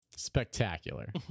spectacular